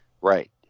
Right